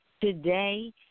Today